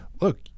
Look